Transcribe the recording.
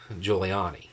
Giuliani